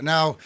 Now